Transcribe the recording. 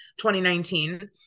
2019